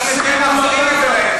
חבר הכנסת,